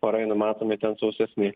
orai numatomi sausesni